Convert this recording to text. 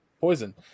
poison